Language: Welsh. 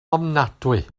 ofnadwy